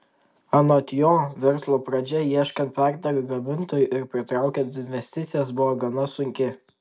anot jo verslo pradžia ieškant partnerių gamintojų ir pritraukiant investicijas buvo gana sunki